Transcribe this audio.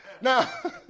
Now